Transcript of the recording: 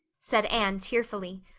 said anne tearfully.